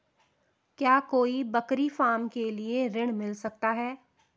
क्या कोई बकरी फार्म के लिए ऋण मिल सकता है?